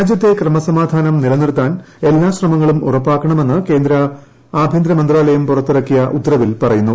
രാജ്യത്തെ ക്രമൻമാധ്ാനം നിലനിർത്താൻ എല്ലാ ശ്രമങ്ങളും ഉറപ്പാക്കണമെന്ന് ്ആഭൂന്തര മന്ത്രാലയം പുറത്തിറക്കിയ ഉത്തരവിൽ പറയുന്നു